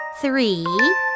Three